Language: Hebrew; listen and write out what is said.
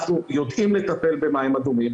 אנחנו יודעים לטפל במים אדומים,